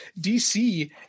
DC